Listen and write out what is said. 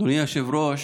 אדוני היושב-ראש,